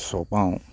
চপাওঁ